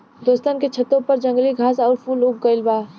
दोस्तन के छतों पर जंगली घास आउर फूल उग गइल बा